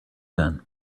then